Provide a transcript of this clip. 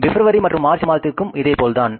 பிப்ரவரி மற்றும் மார்ச் மாதத்திற்கும் இதேபோல்தான்